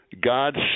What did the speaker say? God's